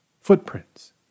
Footprints